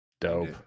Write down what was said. Dope